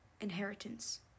Inheritance